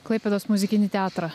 klaipėdos muzikinį teatrą